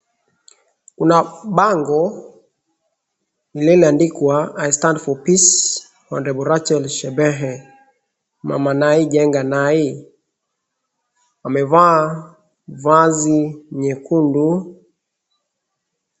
Kuna bango lililoandikwa I stand for peace Hon. Rachel Shebesh. Mama Nai, jenga Nai. Amevaa vazi nyekundu.